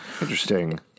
Interesting